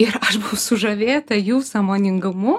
ir aš buvau sužavėta jų sąmoningumu